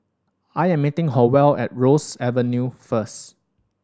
I am meeting Howell at Ross Avenue first